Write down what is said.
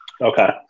Okay